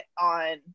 on